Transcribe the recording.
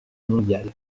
mondiale